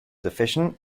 efficient